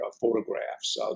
photographs